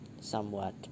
somewhat